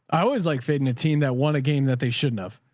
i always like fading a team that won a game that they shouldn't have.